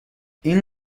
این